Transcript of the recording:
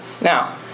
Now